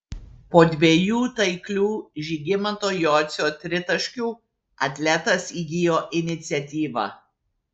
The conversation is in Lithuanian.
po dviejų taiklių žygimanto jocio tritaškių atletas įgijo iniciatyvą